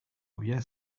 había